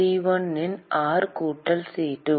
C1 ln r கூட்டல் C2